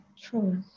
true